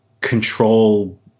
control